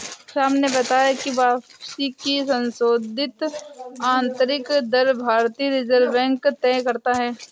राम ने बताया की वापसी की संशोधित आंतरिक दर भारतीय रिजर्व बैंक तय करता है